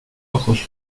ojos